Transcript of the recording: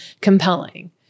compelling